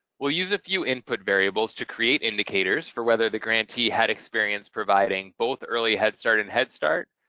we'll use a few input variables to create indicators for whether the grantee had experience providing both early head start and head start,